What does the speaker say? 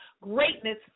greatness